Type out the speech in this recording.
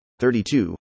32